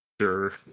Sure